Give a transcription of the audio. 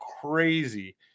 crazy